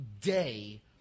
day